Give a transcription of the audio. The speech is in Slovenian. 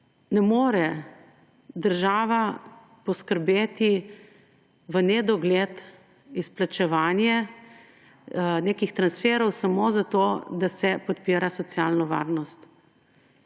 Ne more država poskrbeti v nedogled izplačevanje nekih transferov samo zato, da se podpira socialno varnost.